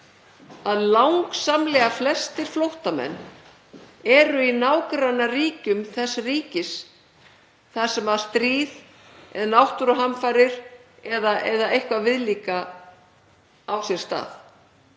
að langsamlega flestir flóttamenn eru í nágrannaríkjum þess ríkis þar sem stríð eða náttúruhamfarir eða eitthvað viðlíka á sér stað.